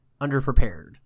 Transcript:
underprepared